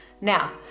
Now